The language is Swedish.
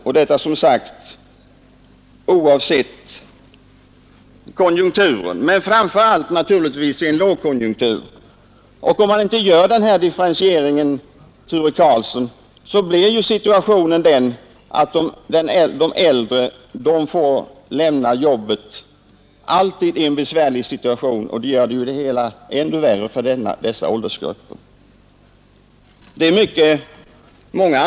Det gäller som sagt oavsett konjunkturen, men det gäller naturligtvis framför allt i en lågkonjunktur. Och om man inte gör den här differentieringen, Helge Karlsson, blir ju situationen den att de Nr 79 äldre alltid först får lämna jobbet i en besvärlig situation. Tisdagen den Det finns härtill också andra motiv att anföra.